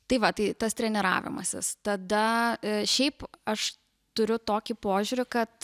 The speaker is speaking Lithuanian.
tai va tai tas treniravimasis tada šiaip aš turiu tokį požiūrį kad